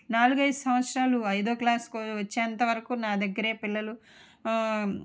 నాలుగైదు సంవత్సరాలు ఐదో క్లాస్కు వచ్చేంత వరకు నా దగ్గర పిల్లలు